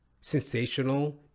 sensational